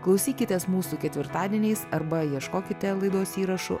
klausykitės mūsų ketvirtadieniais arba ieškokite laidos įrašų